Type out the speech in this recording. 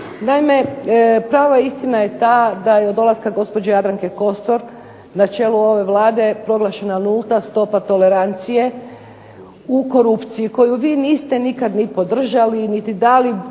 Naime, prava istina je ta da je od dolaska gospođe Jadranke Kosor na čelo ove Vlade proglašena nulta stopa tolerancije u korupciji koju vi niste nikad ni podržali, niti dali